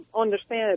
understand